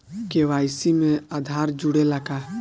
KYC में आधार जुड़े ला का?